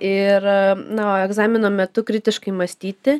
ir na o egzamino metu kritiškai mąstyti